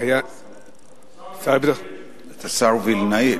השר וילנאי.